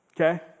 okay